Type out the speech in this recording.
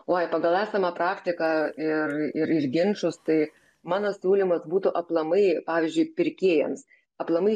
oi pagal esamą praktiką ir ir ir ginčus tai mano siūlymas būtų aplamai pavyzdžiui pirkėjams aplamai